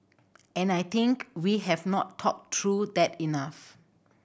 and I think we have not talked through that enough